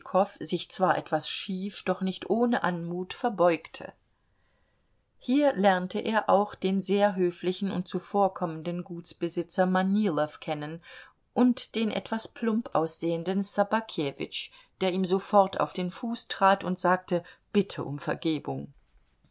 sich zwar etwas schief doch nicht ohne anmut verbeugte hier lernte er auch den sehr höflichen und zuvorkommenden gutsbesitzer manilow kennen und den etwas plump aussehenden ssobakewitsch der ihm sofort auf den fuß trat und sagte bitte um vergebung